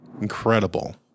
incredible